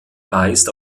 weist